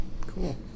Cool